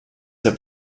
have